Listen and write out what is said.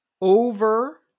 over